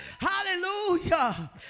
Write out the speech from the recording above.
Hallelujah